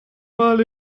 mal